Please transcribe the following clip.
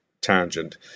tangent